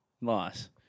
nice